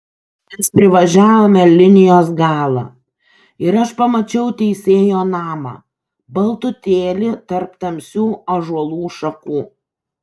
mes privažiavome linijos galą ir aš pamačiau teisėjo namą baltutėlį tarp tamsių ąžuolų šakų